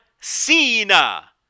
Cena